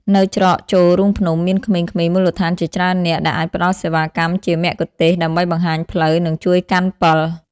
នៅច្រកចូលរូងភ្នំ មានក្មេងៗមូលដ្ឋានជាច្រើននាក់ដែលអាចផ្ដល់សេវាកម្មជាមគ្គុទ្ទេសក៍ដើម្បីបង្ហាញផ្លូវ និងជួយកាន់ពិល។